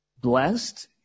Blessed